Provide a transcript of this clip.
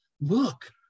look